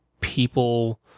people